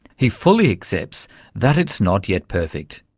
he fully accepts that it's not yet perfect.